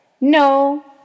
no